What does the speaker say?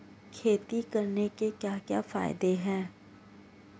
खेती करने से क्या क्या फायदे हैं?